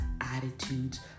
attitudes